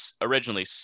originally